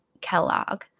Kellogg